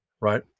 right